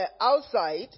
outside